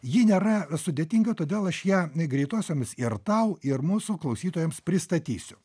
ji nėra sudėtinga todėl aš ją greitosiomis ir tau ir mūsų klausytojams pristatysiu